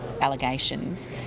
allegations